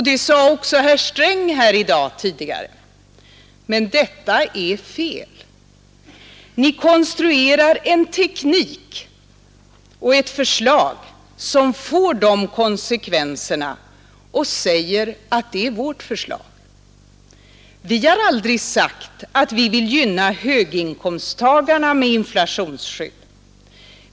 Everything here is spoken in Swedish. Det sade också herr Sträng här tidigare i dag. Men detta är fel! Ni konstruerar en teknik och ett förslag som får de konsekvenserna och säger att det är vårt förslag. Vi har aldrig sagt att vi vill gynna höginkomsttagarna med inflationsskydd.